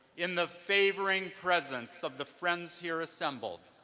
in the favoring presence of the friends here assembled,